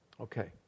Okay